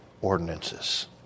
ordinances